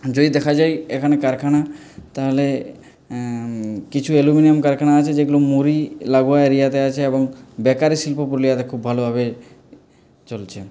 যদি দেখা যায় এখানকার কারখানা তাহলে কিছু অ্যালুমিনিয়াম কারখানা আছে যেগুলি মুরী লাগোয়া এরিয়াতে আছে এবং বেকারি শিল্প পুরুলিয়াতে খুব ভালোভাবে চলছে